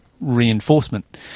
reinforcement